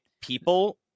people